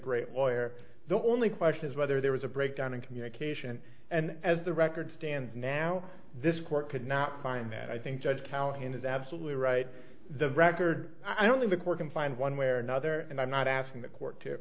great lawyer the only question is whether there was a breakdown in communication and as the record stands now this court could not find that i think judge callahan is absolutely right the record i don't think the court can find one way or another and i'm not asking the court to